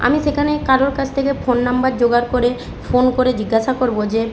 আমি সেখানে কারোর কাছ থেকে ফোন নাম্বার জোগাড় করে ফোন করে জিজ্ঞাসা করব যে